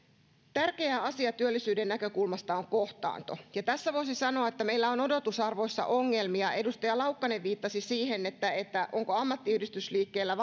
tärkeä asia työllisyyden näkökulmasta on kohtaanto ja tässä voisi sanoa että meillä on odotusarvoissa ongelmia edustaja laukkanen viittasi siihen onko ammattiyhdistysliikkeellä